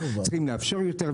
צריכים לאפשר יותר,